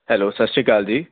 hello ਸਤਿ ਸ਼੍ਰੀ ਅਕਾਲ ਜੀ